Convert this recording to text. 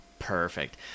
perfect